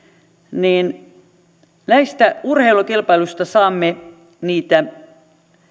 niin näistä urheilukilpailuista saamme niitä